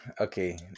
okay